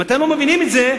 אם אתם לא מבינים את זה,